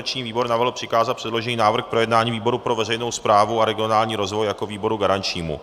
Organizační výbor navrhl přikázat předložený návrh k projednání výboru pro veřejnou správu a regionální rozvoj jako výboru garančnímu.